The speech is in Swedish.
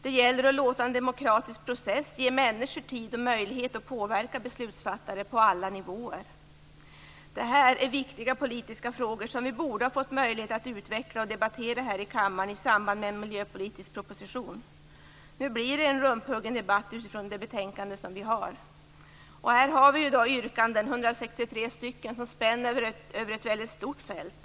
Det gäller att låta en demokratisk process ge människor tid och möjlighet att påverka beslutsfattare på alla nivåer. Detta är viktiga politiska frågor, som vi borde ha fått möjlighet att utveckla och debattera här i kammaren i samband med en miljöpolitisk proposition. Nu blir det en rumphuggen debatt utifrån det betänkande vi har. Här finns 163 yrkanden som spänner över ett väldigt stort fält.